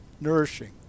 nourishing